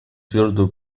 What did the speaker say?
твердо